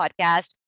podcast